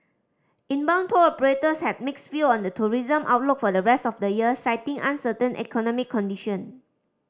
inbound tour operators had mixed view on the tourism outlook for the rest of the year citing uncertain economic condition